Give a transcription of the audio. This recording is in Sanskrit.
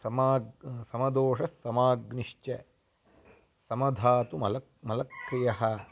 सम्यक् समदोषस्समाग्निश्च समधातुमलं मलक्रियः